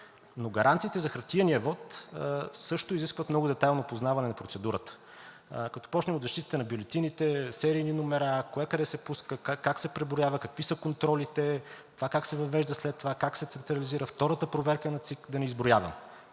Но гаранциите за хартиения вот също изискват много детайлно познаване на процедурата – като започнем от защитата на бюлетините, серийни номера, кое къде се пуска, как се преброява, какви са контролите, това как се въвежда след това, как се централизира, втората проверка на ЦИК – да не изброявам.